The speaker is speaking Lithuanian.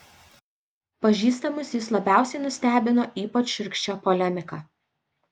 pažįstamus jis labiausiai nustebino ypač šiurkščia polemika